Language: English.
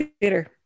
Theater